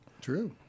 True